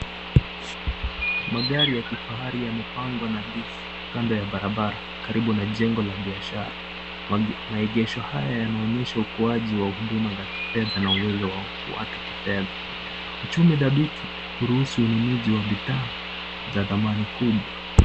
Magari ya kifahari yamepangwa nadhifu kando ya barabara karibu na jengo la biashara. Maegesho haya yanaonyesha ukuaaji wa huduma za kifedha na uwezo wa watu kifedha uchumi dhabiti huruhusu ununuzi wa bidha za dhamani kubwa.